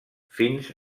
fins